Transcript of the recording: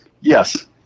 Yes